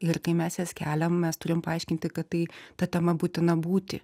ir kai mes jas keliam mes turim paaiškinti kad tai ta tema būtina būti